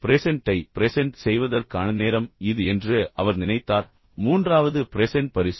ப்ரெசென்ட்டை present செய்வதற்கான நேரம் இது என்று அவர் நினைத்தார் மூன்றாவது ப்ரெசென்ட் பரிசு